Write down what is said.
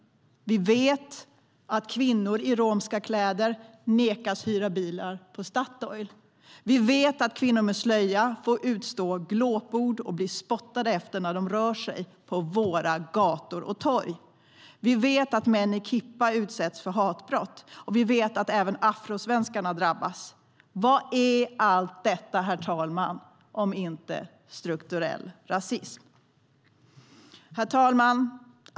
Vi vet att kvinnor i romska kläder nekas hyra bil på Statoil. Vi vet att kvinnor med slöja får utstå glåpord och bli spottade efter när de rör sig på våra gator och torg. Vi vet att män i kippa utsätts för hatbrott. Och vi vet att även afrosvenskarna drabbas. Vad är allt detta, herr talman, om inte strukturell rasism? Herr talman!